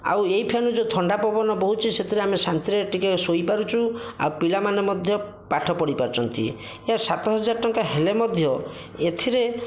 ଆଉ ଏଇ ଫ୍ୟାନ୍ରୁ ଯେଉଁ ଥଣ୍ଡା ପବନ ବହୁଛି ସେଥିରେ ଆମେ ଶାନ୍ତିରେ ଟିକେ ଶୋଇପାରୁଛୁ ଆଉ ପିଲାମାନେ ମଧ୍ୟ ପାଠ ପଢ଼ି ପାରୁଛନ୍ତି ଏହା ସାତହଜାର ଟଙ୍କା ହେଲେ ମଧ୍ୟ ଏଥିରେ